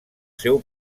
seu